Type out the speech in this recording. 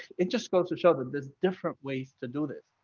it just goes to show that there's different ways to do this.